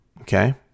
Okay